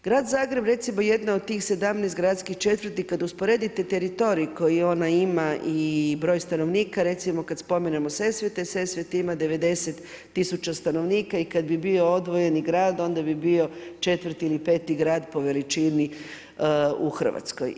Grad Zagreb, je recimo jedna je od tih 17 gradskih četvrti, kad usporedite teritorij koji ona ima i broj stanovnika, recimo, kad spomenemo Sesvete, Sesvete ima 90000 stanovnika i kad bi bio odvojeni grad, onda bi bio 4 ili 5 grad po veličini u Hrvatskoj.